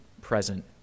present